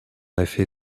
effet